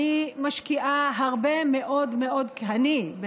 אני משקיעה הרבה מאוד מאוד, אני?